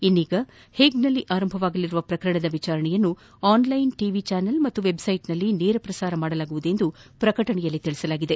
ಇನ್ನೀಗ ಹೇಗ್ನಲ್ಲಿ ಆರಂಭವಾಗಲಿರುವ ಪ್ರಕರಣದ ವಿಚಾರಣೆಯನ್ನು ಆನ್ಲೈನ್ ಟೆಲಿವಿಷನ್ ಚಾನಲ್ ಮತ್ತು ವೆಬ್ಸೈಟ್ನಲ್ಲಿ ನೇರಪ್ರಸಾರ ಮಾಡಲಾಗುವುದು ಎಂದು ಪ್ರಕಟಣೆಯಲ್ಲಿ ತಿಳಿಸಲಾಗಿದೆ